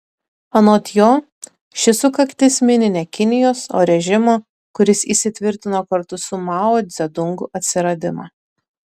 anot jo ši sukaktis mini ne kinijos o režimo kuris įsitvirtino kartu su mao dzedungu atsiradimą